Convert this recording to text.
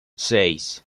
seis